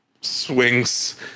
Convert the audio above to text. swings